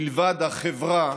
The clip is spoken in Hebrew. מלבד החברה